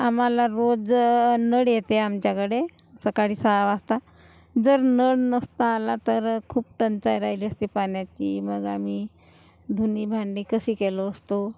आम्हाला रोज नळ येते आमच्याकडे सकाळी सहा वाजता जर नळ नसता आला तर खूप टंचाई राहिली असती पाण्याची मग आम्ही धुणी भांडी कशी केलो असतो